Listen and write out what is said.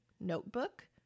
notebook